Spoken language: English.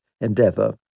endeavor